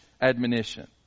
admonition